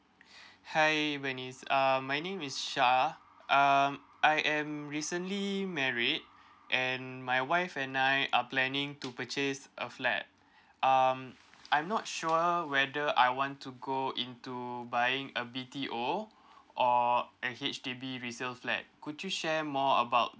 hi bennies uh my name is syah uh I am recently married and my wife and I are planning to purchase a flat um I'm not sure whether I want to go into buying a B_T_O or a H_D_B resell flat could you share more about